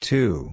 Two